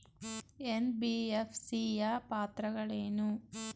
NBFC ಯ ಪಾತ್ರಗಳೇನು?